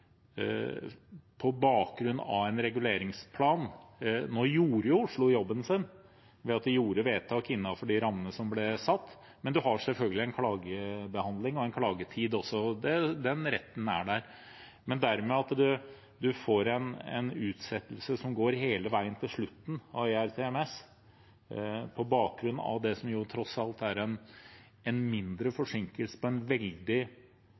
på bakgrunn av en reguleringsplan. Nå gjorde Oslo jobben sin ved at de fattet vedtak innenfor de rammene som ble satt, men man har selvfølgelig også en klagebehandling og en klagetid. Den retten er der, men at man dermed får en utsettelse som går hele veien til slutten av ERTMS på bakgrunn av det som tross alt er en mindre forsinkelse på en veldig